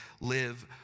live